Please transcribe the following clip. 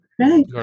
right